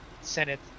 senate